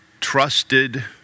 trusted